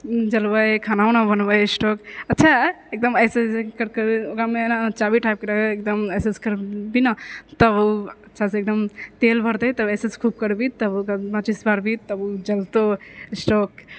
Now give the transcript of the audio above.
जलबय खाना वाना बनयबे स्टोव अच्छा एकदम ऐसे ऐसे करिके ओकरामे एना चाभी टाइट करबै एकदम ऐसे ऐसे करभी ने तऽ ओ अच्छासे एकदम तेल भरते तऽ ऐसे ऐसे खूब करभी तब ओकरा माचिस मारभी तब ओ जलतो स्टोव